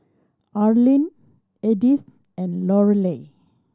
Arline Edythe and Lorelei